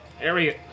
Area